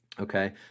Okay